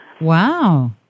Wow